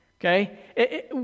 okay